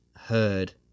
heard